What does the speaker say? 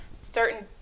certain